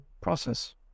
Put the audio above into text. process